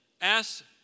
ask